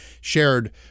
shared